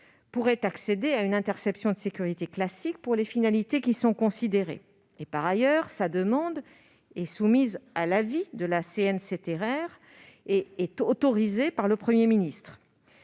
toute façon accéder à une interception de sécurité classique pour les finalités considérées. Par ailleurs, sa demande est soumise à l'avis de la CNCTR et est autorisée par le Premier ministre.